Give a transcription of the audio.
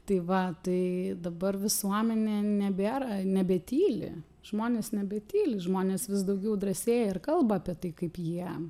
tai va tai dabar visuomenė nebėra nebetyli žmonės nebetyli žmonės vis daugiau drąsėja ir kalba apie tai kaip jie